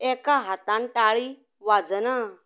एका हातान ताळी वाजना